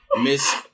Miss